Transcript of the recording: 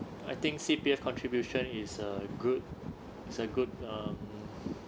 I think C_P_F contribution is a good it's a good um